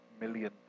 million